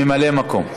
ממלא-מקום,